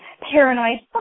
paranoid